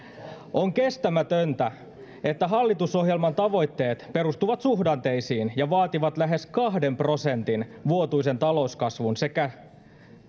on kestämätöntä että hallitusohjelman tavoitteet perustuvat suhdanteisiin ja vaativat lähes kahden prosentin vuotuisen talouskasvun sekä